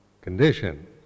condition